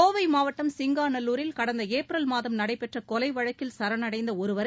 கோவை மாவட்டம் சிங்காநல்லூரில் கடந்த ஏப்ரல் மாதம் நடைபெற்ற கொலை வழக்கில் சரணடைந்த ஒருவரை